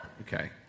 Okay